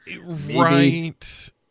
right